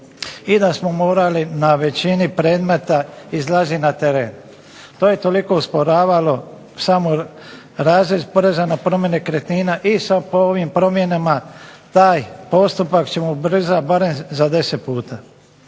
i da smo morali na većini predmeta izlazit na teren. To je toliko usporavalo sam razvoj poreza na promet nekretnina i sa ovim promjenama taj postupak ćemo ubrzat barem za deset puta.